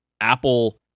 Apple